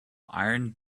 iron